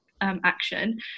Action